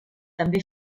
també